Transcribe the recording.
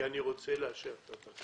כי אני רוצה לאשר את התקנות.